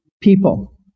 people